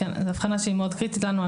זה הבחנה שהיא מאוד קריטית לנו.